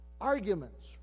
arguments